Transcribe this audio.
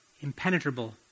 impenetrable